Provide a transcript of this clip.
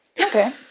okay